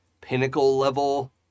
pinnacle-level